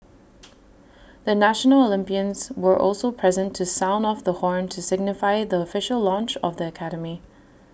the national Olympians were also present to sound off the horn to signify the official launch of the academy